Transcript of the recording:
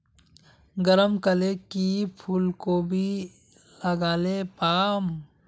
गरम कले की फूलकोबी लगाले पाम?